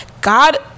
god